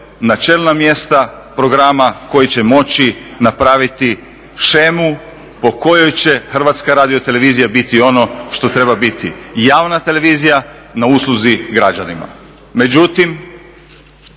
na čelna mjesta program koji će moći napraviti shemu po kojoj će HRT biti ono što treba biti, javna televizija na usluzi građanima.